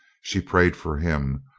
she prayed for him,